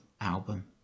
album